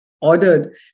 ordered